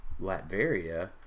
Latveria